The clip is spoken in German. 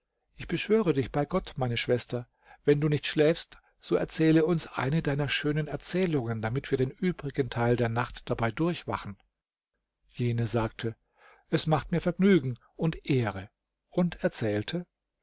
ich beschwöre dich bei gott meine schwester wenn du nicht schläfst so erzähle uns eine deiner schönen erzählungen damit wir den übrigen teil der nacht dabei durchwachen jene sagte es macht mir vergnügen und ehre und erzählte